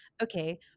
okay